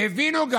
גם הבינו,